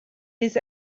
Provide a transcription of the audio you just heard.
des